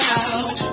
out